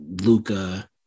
Luca